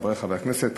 חברי חברי הכנסת,